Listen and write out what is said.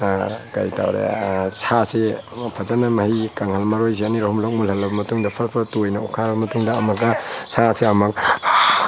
ꯀꯩ ꯇꯧꯔꯤ ꯁꯥꯁꯤ ꯐꯖꯅ ꯀꯪꯍꯟꯂꯒ ꯃꯔꯣꯏꯁꯤ ꯑꯅꯤꯔꯛ ꯑꯍꯨꯝꯔꯛ ꯃꯨꯟꯍꯟꯂꯕ ꯃꯇꯨꯡꯗ ꯐ꯭ꯔ ꯐ꯭ꯔ ꯇꯣꯏꯅ ꯑꯣꯠꯈꯥꯏꯔꯕ ꯃꯇꯨꯡꯗ ꯑꯃꯨꯛꯀ ꯁꯥꯁꯤ ꯑꯃꯨꯛ